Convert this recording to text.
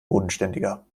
bodenständiger